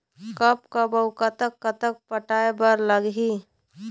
कब कब अऊ कतक कतक पटाए बर लगही